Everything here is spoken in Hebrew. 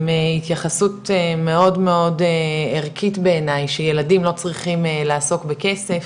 עם התייחסות מאוד ערכית בעיני שילדים לא צריכים לעסוק בכסף